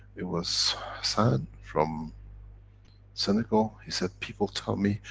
it was hassan from senegal he said, people tell me,